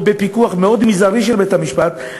או בפיקוח מאוד מזערי של בית-המשפט,